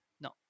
No